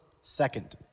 second